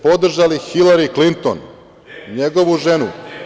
Podržali ste Hilari Klinton, njegovu ženu.